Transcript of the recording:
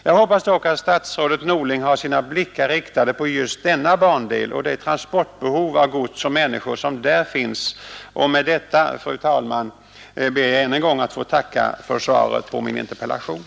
Jag hoppas dock att statsrådet Norling har sina blickar riktade på just denna bandel och det transportbehov av gods och människor som där finns. Med detta, fru talman, ber jag än en gång att få tacka för svaret på min interpellation.